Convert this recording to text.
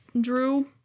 drew